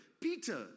Peter